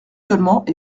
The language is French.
seulement